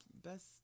Best